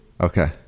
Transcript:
Okay